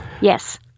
yes